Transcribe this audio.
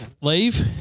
leave